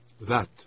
That